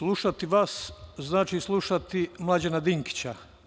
Slušati vas znači slušati Mlađana Dinkića.